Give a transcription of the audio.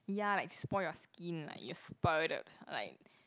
ya like spoil your skin like it'll spoil the like